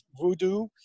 Voodoo